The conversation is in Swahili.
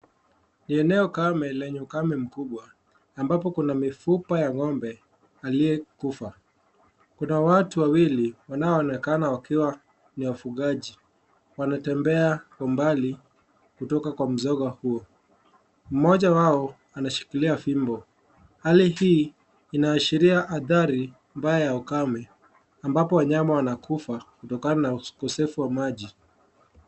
Eneo kame lenye ukame mkubwa ambapo kuna mifupa ya ng'ombe aliye kufa wanaoonekana wakiwa wafugaji wanatembea kwa umbali kutoka kwa msoga huo, mmoja wao anashikilia fimbo hali hii inaashiria ambao ya ukame ambapo wanyama ambao wana kufa kutokana na ukosefu wa maji.